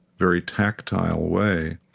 very tactile way.